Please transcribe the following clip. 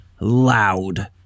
loud